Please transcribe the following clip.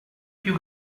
più